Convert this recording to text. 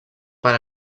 per